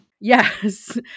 Yes